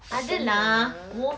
sen~ ah